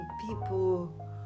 people